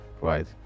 right